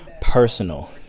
personal